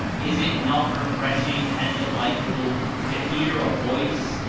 is it not refresh ing and delightful to hear a voice,